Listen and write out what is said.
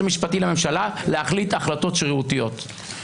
המשפטי לממשלה להחליט החלטות שרירותיות.